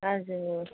हजुर